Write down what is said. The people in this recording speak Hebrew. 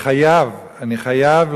אני חייב,